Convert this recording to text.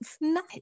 Nice